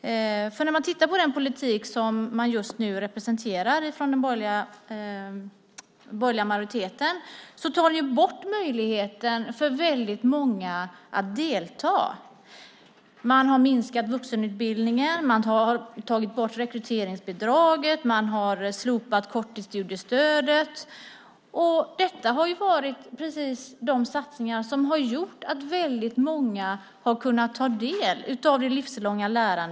När man tittar på den politik som den borgerliga majoriteten nu representerar ser man att ni ju tar bort möjligheten för väldigt många att delta. Man har minskat vuxenutbildningen. Man tar bort rekryteringsbidraget. Man har slopat korttidsstudiestödet. Detta har varit precis de satsningar som har gjort att väldigt många har kunnat ta del av det livslånga lärandet.